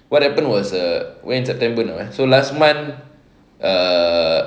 what happened was uh when september now eh so last month err